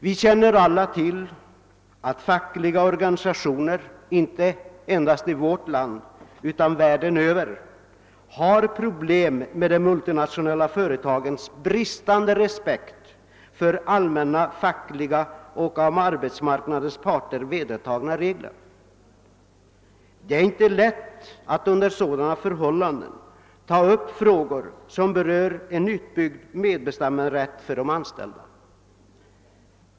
Vi känner alla till att fackliga organisationer, inte endast i vårt land utan världen över, har problem med de multinationella företagens bristande respekt för allmänna fackliga och av arbetsmarknadens parter vedertagna regler. Det är inte lätt att under sådana förhållanden ta upp frågor som berör en utbyggd medbestämmanderätt för de anställda.